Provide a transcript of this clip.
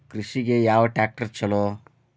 ಕೃಷಿಗ ಯಾವ ಟ್ರ್ಯಾಕ್ಟರ್ ಛಲೋ?